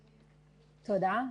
תודה.